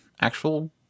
actual